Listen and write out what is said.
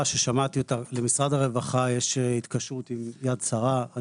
למשרד הרווחה יש התקשרות עם ׳יד שרה׳,